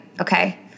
Okay